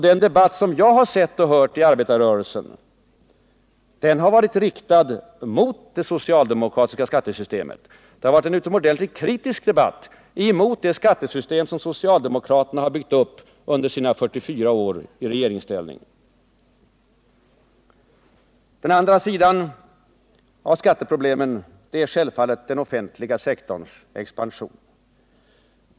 Den debatt jag har sett och hört från arbetarrörelsen har varit riktad mot det socialdemokratiska skattesystemet. Det har varit en utomordentligt kritisk debatt mot det skattesystem som socialdemokraterna har byggt upp under sina 44 år i regeringsställning. Den andra sidan av skatteproblemen är självfallet den offentliga sektorns expansion.